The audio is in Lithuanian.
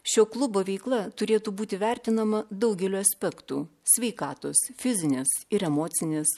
šio klubo veikla turėtų būti vertinama daugeliu aspektų sveikatos fizinės ir emocinės